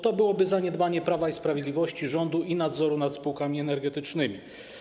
To byłoby zaniedbanie Prawa i Sprawiedliwości, rządu i nadzoru nad spółkami energetycznymi.